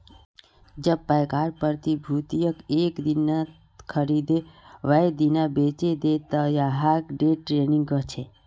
जब पैकार प्रतिभूतियक एक दिनत खरीदे वेय दिना बेचे दे त यहाक डे ट्रेडिंग कह छे